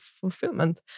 fulfillment